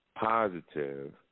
positive